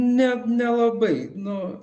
ne nelabai nu